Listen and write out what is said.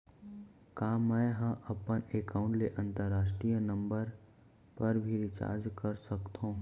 का मै ह अपन एकाउंट ले अंतरराष्ट्रीय नंबर पर भी रिचार्ज कर सकथो